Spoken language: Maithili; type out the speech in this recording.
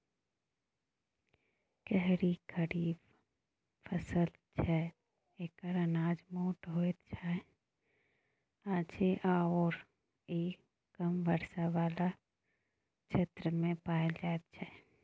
खेरही खरीफ फसल छै एकर अनाज मोट होइत अछि आओर ई कम वर्षा बला क्षेत्रमे पाएल जाइत छै